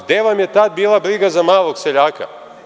Gde vam je tada bila briga za malog seljaka?